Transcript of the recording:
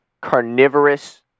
carnivorous